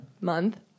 month